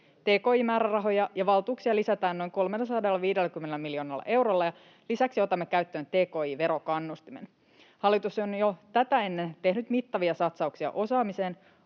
tki-määrärahoja ja valtuuksia lisätään noin 350 miljoonalla eurolla, ja lisäksi otamme käyttöön tki-verokannustimen. Hallitus on jo tätä ennen tehnyt mittavia satsauksia osaamiseen: